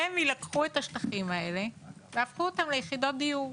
רמ"י לקחו את השטחים האלה והפכו אותם ליחידות דיור.